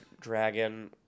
dragon